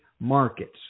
markets